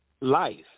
life